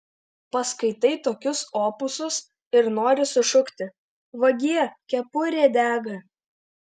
paskaitai tokius opusus ir nori sušukti vagie kepurė dega